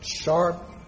sharp